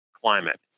climate